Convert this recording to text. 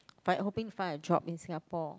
by hoping to find a job in Singapore